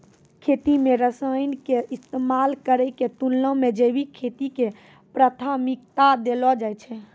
खेती मे रसायन के इस्तेमाल करै के तुलना मे जैविक खेती के प्राथमिकता देलो जाय छै